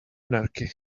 anarchy